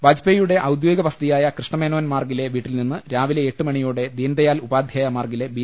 വാജ്പേയിയുടെ ഔദ്യോഗിക വസതിയായ കൃഷ്ണമേനോൻ മാർഗ്ഗിലെ വീട്ടിൽനിന്ന് രാവിലെ എട്ടുമണിയോടെ ദീൻദയാൽ ഉപാദ്ധ്യായ മാർഗ്ഗിലെ ബി